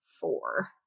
four